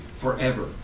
forever